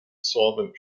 solvent